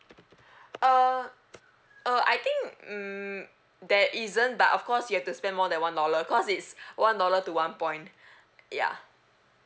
uh uh I think um there isn't but of course you have to spend more than one dollar cause it's one dollar to one point ya